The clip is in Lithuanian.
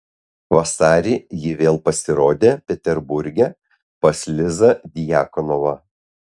vasarį ji vėl pasirodė peterburge pas lizą djakonovą